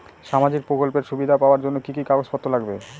সামাজিক প্রকল্পের সুবিধা পাওয়ার জন্য কি কি কাগজ পত্র লাগবে?